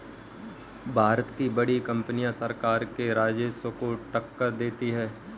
भारत की बड़ी कंपनियां सरकार के राजस्व को टक्कर देती हैं